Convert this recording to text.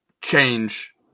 change